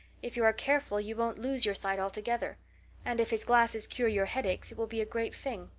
if you are careful you won't lose your sight altogether and if his glasses cure your headaches it will be a great thing.